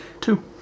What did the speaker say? two